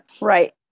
Right